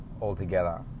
altogether